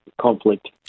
conflict